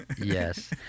Yes